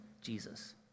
Jesus